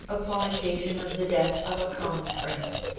upon occasion of the death of a common friend.